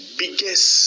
biggest